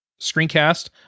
screencast